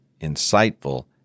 insightful